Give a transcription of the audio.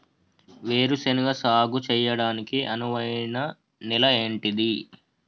వేరు శనగ సాగు చేయడానికి అనువైన నేల ఏంటిది?